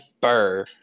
Burr